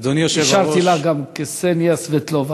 אישרתי גם לקסניה סבטלובה.